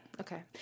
Okay